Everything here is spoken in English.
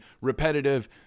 repetitive